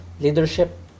leadership